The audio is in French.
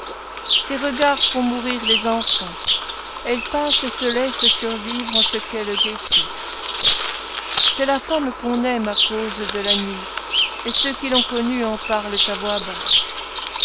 ses regards font mourir les enfants elle passe et se laisse survivre en ce qu'elle détruit c'est la femme qu'on aime à cause de la nuit et ceux qui l'ont connue en parlent à voix basse